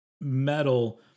metal